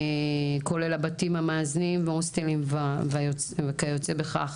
כולל הבתים המאזנים והוסטלים וכיוצא בכך,